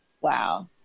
Wow